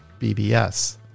BBS